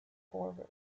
forward